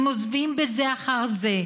הם עוזבים זה אחר זה,